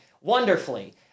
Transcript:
wonderfully